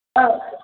ஆ